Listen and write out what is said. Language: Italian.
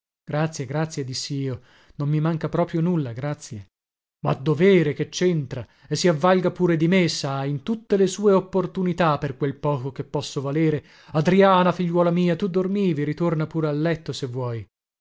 grazie grazie dissi io non mi manca proprio nulla grazie ma dovere che centra e si avvalga pure di me sa in tutte le sue opportunità per quel poco che posso valere adriana figliuola mia tu dormivi ritorna pure a letto se vuoi